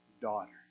daughter